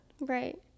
right